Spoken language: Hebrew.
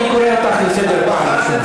אני קורא אותך לסדר פעם ראשונה.